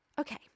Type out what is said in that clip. Okay